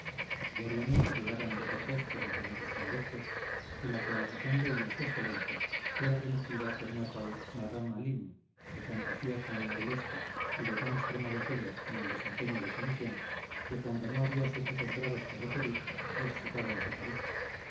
diariamente llegaban dos o tres por diferentes conductos y la que a la sazón leía su excelencia era remitida por una tal madame aline de fantasía tan novelesca y de tan extremado celo en el desempeño de su misión que cuando no había sucesos graves que referir los sacaba de su cabeza